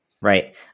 Right